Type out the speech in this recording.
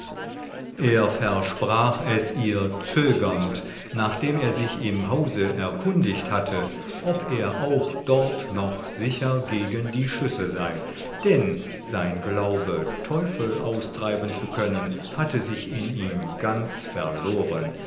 er versprach es ihr zögernd nachdem er sich im hause erkundigt hatte ob er auch dort noch sicher gegen die schüsse sei denn sein glaube teufel austreiben zu können hatte sich in ihm ganz verloren